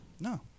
No